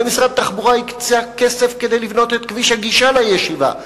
ומשרד התחבורה הקצה כסף כדי לבנות את כביש הגישה לישיבה,